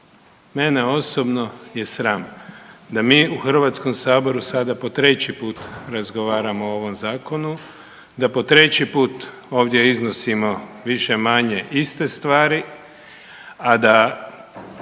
Mene osobno je sram, da mi u HS sada po 3. put razgovaramo o ovom zakonu, da po treći put ovdje iznosimo više-manje iste stvari, a da